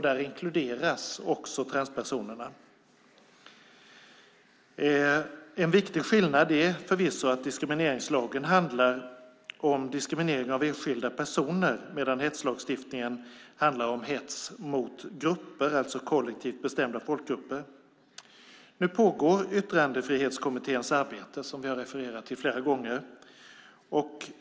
Där inkluderas transpersoner. En viktig skillnad är att diskrimineringslagen handlar om diskriminering av enskilda personer, medan hetslagstiftningen handlar om hets mot grupper, alltså kollektivt bestämda folkgrupper. Yttrandefrihetskommitténs arbete pågår.